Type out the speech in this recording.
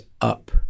up